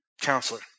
counselor